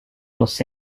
los